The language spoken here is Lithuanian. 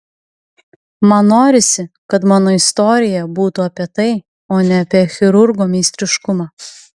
man norisi kad mano istorija būtų apie tai o ne apie chirurgo meistriškumą